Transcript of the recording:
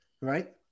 Right